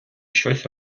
щось